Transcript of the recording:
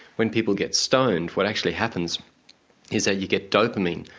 when people get stoned what actually happens is that you get dopamine,